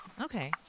Okay